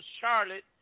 Charlotte